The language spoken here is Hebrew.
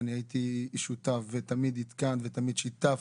אני הייתי שותף ותמיד עדכנת ותמיד שיתפת.